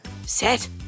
set